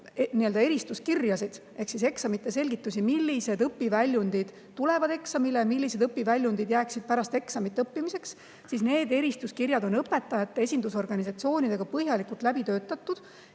eristuskirjasid ehk eksamite selgitusi, millised õpiväljundid tulevad eksamile, millised õpiväljundid jääksid pärast eksamit õppimiseks, on need eristuskirjad õpetajate esindusorganisatsioonidega põhjalikult läbi töötanud.